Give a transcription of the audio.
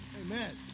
Amen